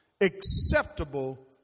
acceptable